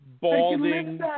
balding